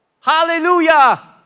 hallelujah